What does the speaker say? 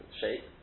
shape